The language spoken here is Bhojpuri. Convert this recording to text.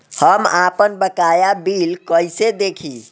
हम आपनबकाया बिल कइसे देखि?